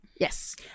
Yes